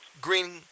green